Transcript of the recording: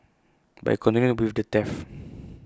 but he continued with the theft